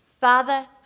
Father